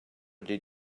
did